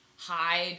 hide